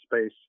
space